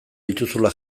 ditugula